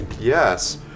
Yes